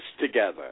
together